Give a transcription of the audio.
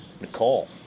nicole